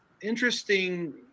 interesting